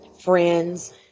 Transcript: friends